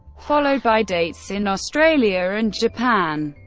followed by dates in australia and japan.